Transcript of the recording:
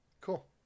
Cool